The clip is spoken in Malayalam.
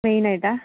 മെയിൻ ആയിട്ടാണോ